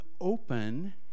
open